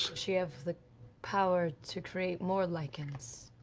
she have the power to create more lycans?